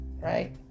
right